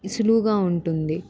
సులువుగా ఉంటుంది